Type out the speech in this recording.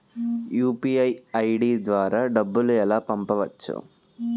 UPI ID ద్వారా డబ్బులు ఎలా పంపవచ్చు?